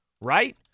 right